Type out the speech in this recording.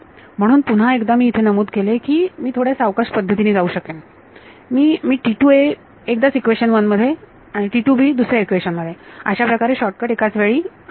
म्हणून पुन्हा एकदा मी इथे नमूद केले की मी थोड्या सावकाश पद्धतीने जाऊ शकेन मी मी एकदाच इक्वेशन वन मध्ये दुसऱ्या इक्वेशन मध्ये अशाप्रकारे शॉर्टकट एकाच वेळी आपण घेऊ